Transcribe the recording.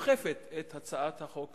שדוחפת את הצעת החוק הזו,